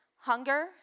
hunger